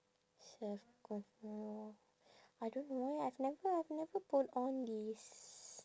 self conf~ I don't know eh I've never I've never put on this